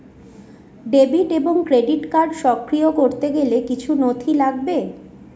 Debit এবং credit card সক্রিয় করতে গেলে কিছু নথি লাগবে?